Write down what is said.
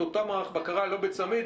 את אותו מערך בקרה לא בצמיד,